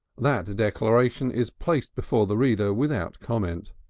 that declaration is placed before the reader without comment.